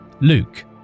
Luke